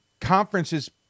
conferences